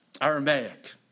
Aramaic